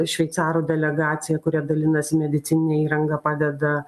šveicarų delegacija kurie dalinasi medicininė įranga padeda